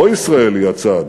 לא ישראל היא הצד